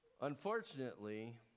Unfortunately